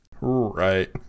right